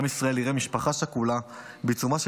עם ישראל יראה משפחה שכולה בעיצומה של